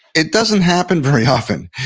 it doesn't happen very often.